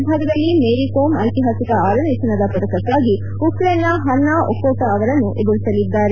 ವಿಭಾಗದಲ್ಲಿ ಮೇರಿ ಕೋಮ್ ಐತಿಹಾಸಿಕ ಅರನೇ ಚಿನ್ನದ ಪದಕಕ್ಕಾಗಿ ಉಕ್ರೇನ್ನ ಪನ್ನಾ ಒಕೋಟಾ ಅವರನ್ನು ಎದುರಿಸಲಿದ್ದಾರೆ